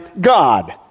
God